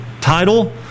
title